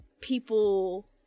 people